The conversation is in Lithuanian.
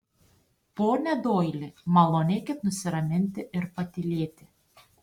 pone doili malonėkit nusiraminti ir patylėti